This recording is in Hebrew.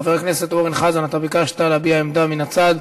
חבר הכנסת אורן חזן, אתה ביקשת להביע עמדה מהצד.